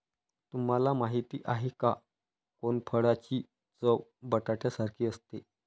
तुम्हाला माहिती आहे का? कोनफळाची चव बटाट्यासारखी असते